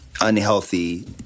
unhealthy